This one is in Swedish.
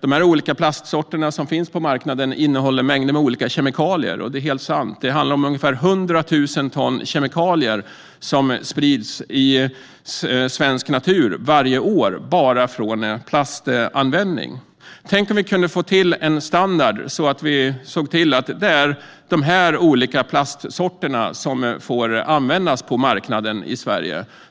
de olika plastsorterna som finns på marknaden innehåller mängder av olika kemikalier, och det är helt sant. Det handlar om ungefär 100 000 ton kemikalier som sprids i svensk natur varje år bara från plastanvändning. Tänk om vi kunde få till en standard så att bara vissa plastsorter fick användas på marknaden i Sverige!